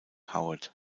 howard